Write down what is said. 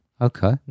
Okay